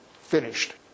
finished